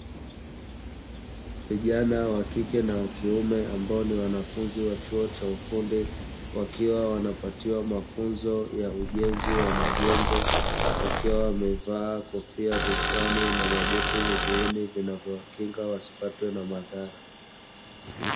Vijana wa kike na wa kiume ambao ni wanafunzi wa chuo cha ufundi, wakiwa wanapatiwa mafunzo ya ujenzi wa majengo wakiwa wamevaa kofia vichwani na mabuti miguuni vinavyo wakinga wasipatwe na madhara.